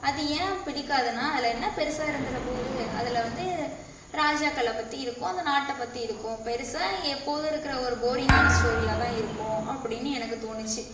அது ஏன் பிடிக்காதுனால் அதில் என்ன பெரிசா இருந்துறபோகுது அதில் வந்து ராஜாக்களை பற்றி இருக்கும் அந்த நாட்டை பற்றி இருக்கும் பெரிசா எப்போதும் இருக்கிற ஒரு போரிங்கான ஸ்டோரியாக தான் இருக்கும் அப்படின்னு எனக்கு தோணுச்சு